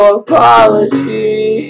apology